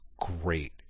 great